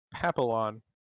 Papillon